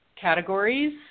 categories